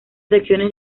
secciones